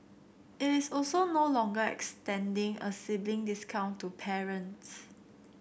it is also no longer extending a sibling discount to parents